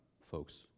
folks